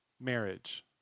marriage